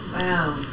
Wow